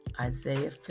Isaiah